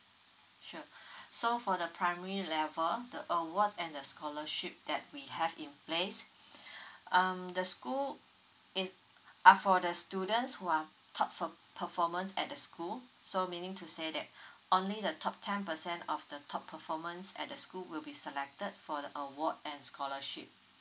sure so for the primary level the awards and the scholarship that we have in place um the school if uh for the students who are top per~ performance at the school so meaning to say that only the top ten percent of the top performance at the school will be selected for the award and scholarship